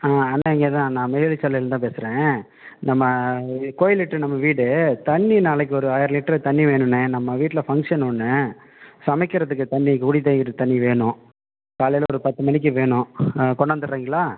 ஆ அண்ண இங்கே தான் நான் மேரி சாலையிலேருந்து தான் பேசுகிறேன் நம்ம கோயிலுக்கிட்டே நம்ம வீடு தண்ணி நாளைக்கு ஒரு ஆயிரம் லிட்டர் தண்ணி வேணுண்ண நம்ம வீட்டில் ஃபங்க்ஷன் ஒன்று சமைக்கிறதுக்கு தண்ணி குடிக்கயிரு தண்ணி வேணும் காலையில் ஒரு பத்து மணிக்கு வேணும் கொண்டாந்துறீங்களா